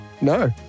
No